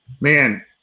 Man